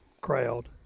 crowd